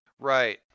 Right